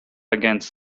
against